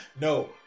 No